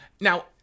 now